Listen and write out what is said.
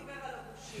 הוא לא דיבר על הגושים.